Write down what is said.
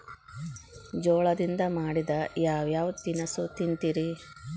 ಜೋಳದಿಂದ ಮಾಡಿದ ಯಾವ್ ಯಾವ್ ತಿನಸು ತಿಂತಿರಿ?